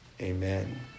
Amen